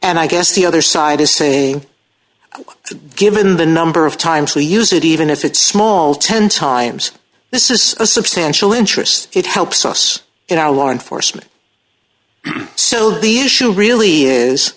and i guess the other side is saying given the number of times we use it even if it's small ten times this is a substantial interest it helps us in our law enforcement so the issue really is